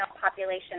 population